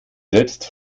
selbst